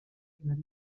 vinya